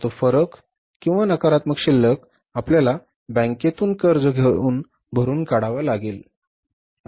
तर तो फरक किंवा नकारात्मक शिल्लक आपल्याला बँकेतून कर्ज घेऊन भरून काढावा लागेल